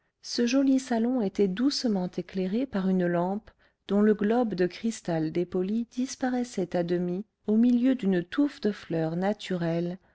ce joli salon était doucement éclairé par une lampe dont le globe de cristal dépoli disparaissait à demi au milieu d'une touffe de fleurs naturelles